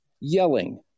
yelling